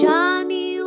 Johnny